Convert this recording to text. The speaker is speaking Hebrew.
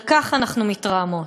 על כך אנחנו מתרעמות.